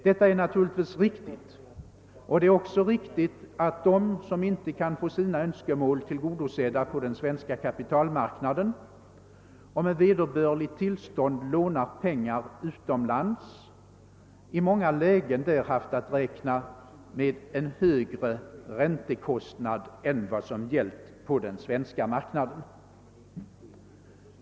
Detta är naturligtvis riktigt och det är också riktigt att de som inte kan få sina Önskemål tillgodosedda på den svenska kapitalmarknaden och med vederbörligt tillstånd lånar pengar utomlands i många lägen där haft att räkna med en högre räntekostnad än vad som gällt på den svenska marknaden.